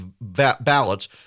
ballots